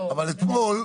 אבל אתמול,